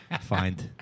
find